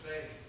faith